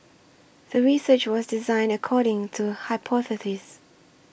the research was designed according to hypothesis